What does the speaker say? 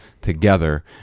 together